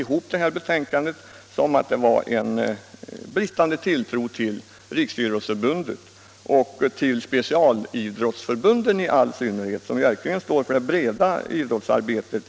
uppfattade jag detta som ett uttryck för bristande tilltro till Riksidrottsförbundet och i all synnerhet till specialidrottsförbunden. som ju verkligen står för det breda idrottsarbetet.